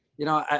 you know,